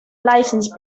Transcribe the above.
license